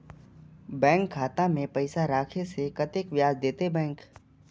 Bank खाता में पैसा राखे से कतेक ब्याज देते बैंक?